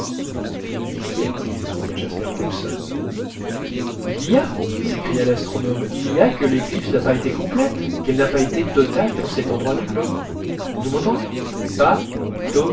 mais qu'y a-t-il demanda jasper hobson il y a s'écria l'astronome il y a que l'éclipse n'a pas été complète qu'elle n'a pas été totale pour cet endroit du globe vous m'entendez pas